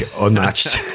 unmatched